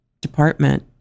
department—